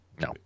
No